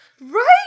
Right